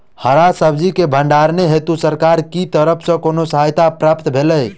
हरा सब्जी केँ भण्डारण हेतु सरकार की तरफ सँ कुन सहायता प्राप्त होइ छै?